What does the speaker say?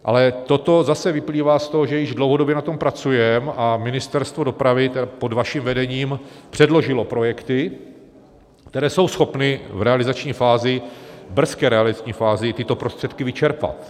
Ale toto zase vyplývá z toho, že již dlouhodobě na tom pracujeme a Ministerstvo dopravy pod vaším vedením předložilo projekty, které jsou schopny v brzké realizační fázi tyto prostředky vyčerpat.